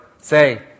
say